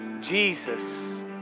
Jesus